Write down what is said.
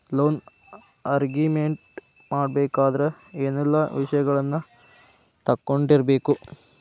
Loan agreement ಮಾಡ್ಬೆಕಾದ್ರ ಏನೆಲ್ಲಾ ವಿಷಯಗಳನ್ನ ತಿಳ್ಕೊಂಡಿರ್ಬೆಕು?